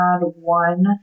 one